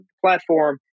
platform